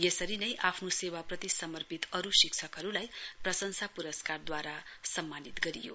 यसरी नै अरू आफ्नो सेवाप्रति समर्पित अरू शिक्षकहरूलाई प्रंशसा पुरस्कारद्वारा सम्मानित गरियो